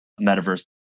metaverse